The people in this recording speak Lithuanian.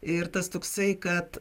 ir tas toksai kad